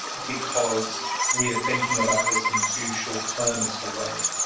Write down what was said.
because we are thinking about this in two short term ister way